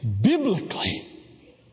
biblically